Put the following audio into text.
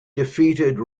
defeated